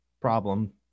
problem